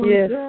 Yes